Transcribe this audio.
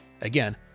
Again